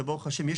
שברוך השם,